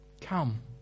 Come